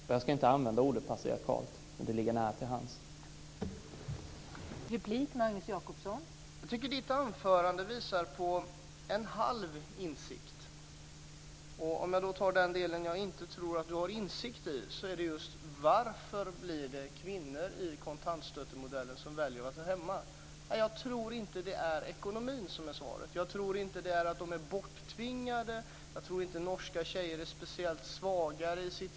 Ordet patriarkalt ligger nära till hands men jag ska inte använda det.